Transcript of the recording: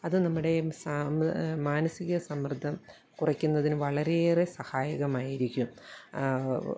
അത് നമ്മുടെ മാനസികസമ്മർദ്ദം കുറയ്ക്കുന്നതിന് വളരെയേറെ സഹായകമായിരിക്കും